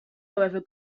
however